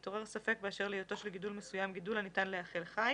התעורר ספק באשר להיותו של גידול מסוים גידול הניתן להיאכל חי